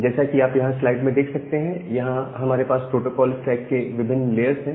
जैसा कि आप यहां स्लाइड में देख सकते हैं यहां हमारे पास प्रोटोकोल स्टैक के विभिन्न लेयर्स हैं